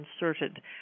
inserted